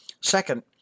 Second